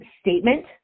statement